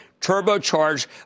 turbocharged